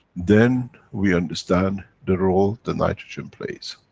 then, we understand the role the nitrogen plays.